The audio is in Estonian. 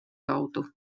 kaudu